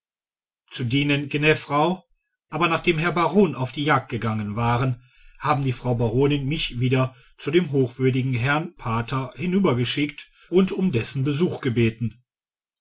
zu dienen gnä frau aber nachdem herr baron auf die jagd gegangen waren haben die frau baronin mich wieder zu dem hochwürdigen herrn pater hinübergeschickt und um dessen besuch gebeten